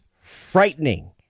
frightening